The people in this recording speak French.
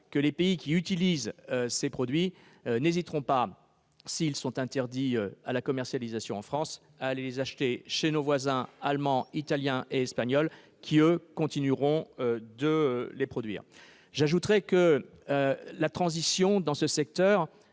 que les pays qui utilisent ces produits n'hésiteront pas, en cas d'interdiction de la commercialisation en France, à aller les acheter chez nos voisins allemands, italiens et espagnols, qui continueront de les produire. J'ajoute que la transition est